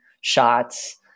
shots